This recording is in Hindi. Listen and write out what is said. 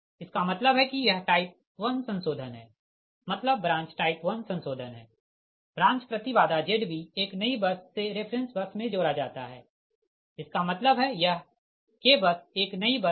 इसका मतलब है कि यह टाइप 1 संशोधन है मतलब ब्रांच टाइप 1 संशोधन है ब्रांच प्रति बाधा Zb एक नई बस से रेफ़रेंस बस मे जोड़ा जाता है इसका मतलब है यह k बस एक नई बस है